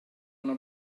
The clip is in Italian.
una